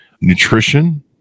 Nutrition